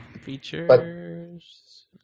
Features